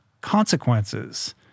consequences